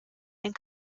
and